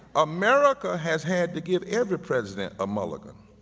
america has had to give every president a mulligan